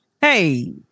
hey